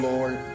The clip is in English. Lord